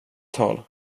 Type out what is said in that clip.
tal